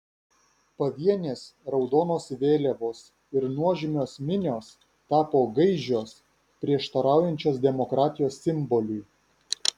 pavienės raudonos vėliavos ir nuožmios minios tapo gaižios prieštaraujančios demokratijos simboliui